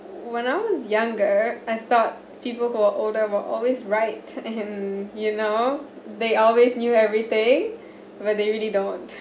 when I was younger I thought people who are older will always right and you know they always knew everything where they really don't